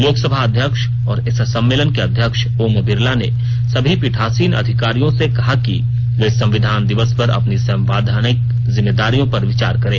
लोकसभा अध्यक्ष और इस सम्मेलन के अध्यक्ष ओम बिरला ने सभी पीठासीन अधिकारियों से कहा कि वे संविधान दिवस पर अपनी संवैधानिक जिम्मेदारियों पर विचार करें